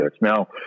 Now